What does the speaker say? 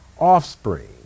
offspring